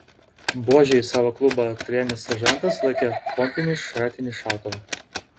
buože į savo klubą atrėmęs seržantas laikė pompinį šratinį šautuvą